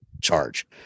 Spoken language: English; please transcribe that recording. charge